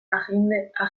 agendarako